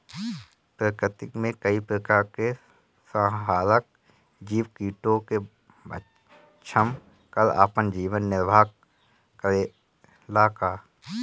प्रकृति मे कई प्रकार के संहारक जीव कीटो के भक्षन कर आपन जीवन निरवाह करेला का?